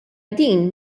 din